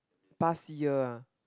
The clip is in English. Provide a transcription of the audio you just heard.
past year